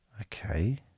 Okay